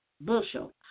bushel